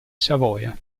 savoia